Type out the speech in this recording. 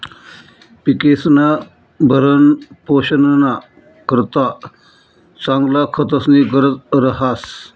पिकेस्ना भरणपोषणना करता चांगला खतस्नी गरज रहास